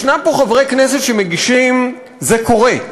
ישנם פה חברי כנסת שמגישים, זה קורה,